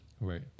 Right